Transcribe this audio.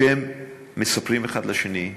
כשהם מספרים אחד לשני,